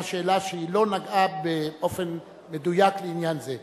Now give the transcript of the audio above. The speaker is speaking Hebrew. שאלה שלא נגעה באופן מדויק לעניין זה.